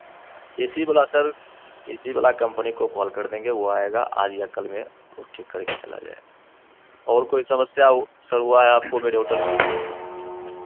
ए C वाला sir A C वाला company को कॉल कर देंगे वह आएगा आज या कल में वह ठीक करके चला जाएगा और कोई समस्या हो सर हुआ है आपको मेरे होटल में